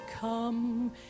Come